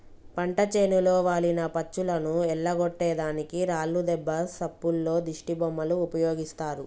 పంట చేనులో వాలిన పచ్చులను ఎల్లగొట్టే దానికి రాళ్లు దెబ్బ సప్పుల్లో దిష్టిబొమ్మలు ఉపయోగిస్తారు